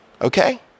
Okay